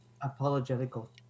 Apologetical